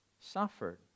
suffered